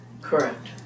Correct